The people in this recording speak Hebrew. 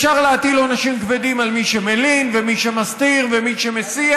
אפשר להטיל עונשים כבדים על מי שמלין ומי שמסתיר ומי שמסיע